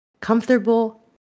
comfortable